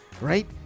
Right